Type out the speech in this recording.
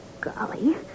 Golly